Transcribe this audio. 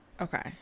Okay